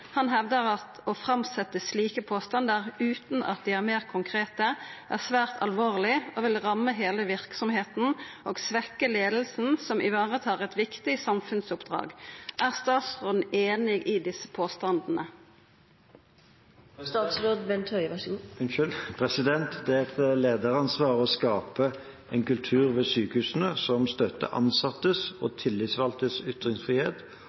Han hevder at å framsette slike påstander, uten at de er mer konkrete, er svært alvorlig, og vil ramme hele virksomheten, og svekke ledelsen som ivaretar et viktig samfunnsoppdrag. Er statsråden enig i disse påstandene?» Det er et lederansvar å skape en kultur ved sykehusene som støtter ansattes og tillitsvalgtes ytringsfrihet